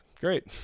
great